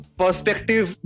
perspective